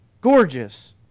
gorgeous